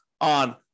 on